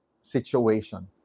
situation